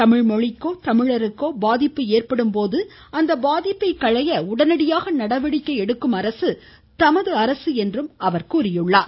தமிழ்மொழிக்கோ தமிழருக்கோ பாதிப்பு ஏற்படும் போது அந்த பாதிப்பை களைய உடனடியாக நடவடிக்கை எடுக்கும் அரசு தமது அரசு என்றும் அவர் எடுத்துரைத்தார்